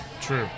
True